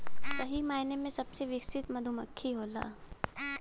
सही मायने में सबसे विकसित मधुमक्खी होला